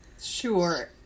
Sure